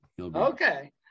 Okay